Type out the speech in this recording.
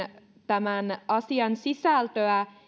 tämän asian sisältöä